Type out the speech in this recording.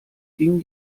gingen